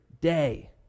day